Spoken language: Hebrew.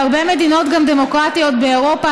בהרבה מדינות דמוקרטיות באירופה,